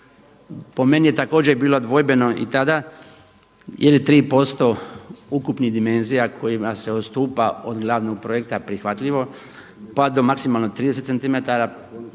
Po meni je također bilo dvojbeno i tada jer je 3% ukupnih dimenzija kojima se odstupa od glavnog projekta prihvatljivo, pa do maksimalno 30 cm